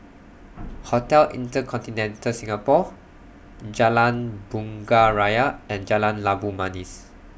Hotel InterContinental Singapore Jalan Bunga Raya and Jalan Labu Manis